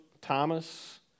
Thomas